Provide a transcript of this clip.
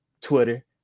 Twitter